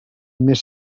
més